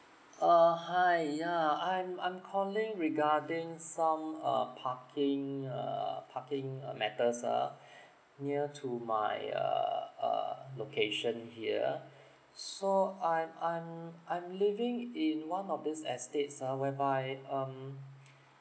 uh hi yeah I'm I'm calling regarding some uh parking err parking uh matters ah near to my uh uh location here so I'm I'm I'm living in one of these estates ah whereby um